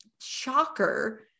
shocker